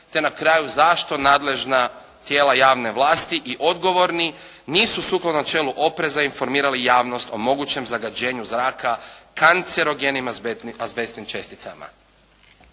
te na kraju zašto nadležna tijela javne vlasti i odgovorni nisu sukladno načelu opreza informirali javnost o mogućem zagađenju zraka kancerogenim azbestnim česticama.